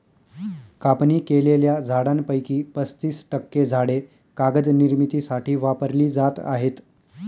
कापणी केलेल्या झाडांपैकी पस्तीस टक्के झाडे कागद निर्मितीसाठी वापरली जात आहेत